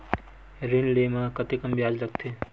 ऋण ले म कतेकन ब्याज लगथे?